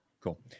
cool